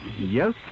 Yes